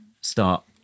start